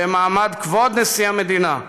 במעמד כבוד נשיא המדינה,